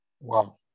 Wow